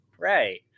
Right